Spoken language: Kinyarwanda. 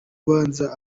ubanza